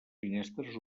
finestres